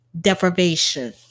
deprivation